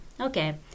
okay